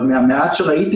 אבל מהמעט שראיתי,